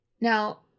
Now